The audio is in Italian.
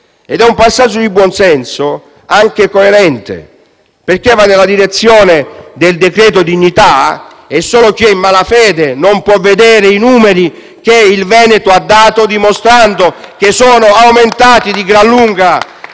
ed è un passaggio di buon senso anche coerente, perché va nella direzione del decreto dignità. Solo chi è in malafede non può vedere i numeri che il Veneto ha registrato, dimostrando che sono aumentati di gran lunga